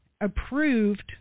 approved